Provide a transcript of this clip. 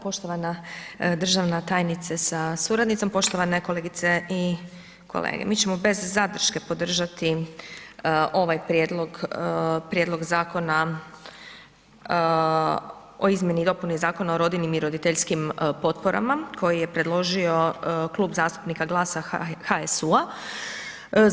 Poštovana državna tajnice sa suradnicom, poštovane kolegice i kolege, mi ćemo bez zadrške podržati ovaj prijedlog, Prijedlog Zakona o izmjeni i dopuni Zakona o rodiljnim i roditeljskim potporama koji je predložio Klub zastupnika GLAS-a i HSU-a.